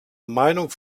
meinung